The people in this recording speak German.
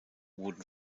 wurden